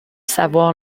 savoir